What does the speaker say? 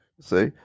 See